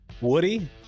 Woody